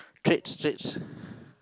traits traits